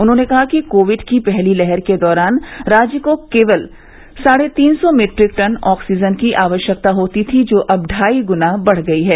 उन्होंने कहा कि कोविड की पहली लहर के दौरान राज्य को केवल साढ़े तीन सौ मीट्रिक टन ऑक्सीजन की आवश्यकता होती थी जो अब कई गुना बढ़ गयी है